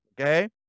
okay